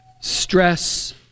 Stress